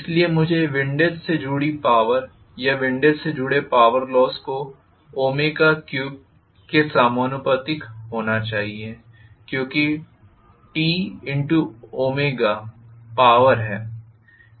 इसलिए मुझे विंडेज से जुड़ी पॉवर या विंडेज से जुड़े पॉवर लोस को 3 के समानुपाती होना चाहिए क्योंकि T पॉवर है